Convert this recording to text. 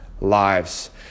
lives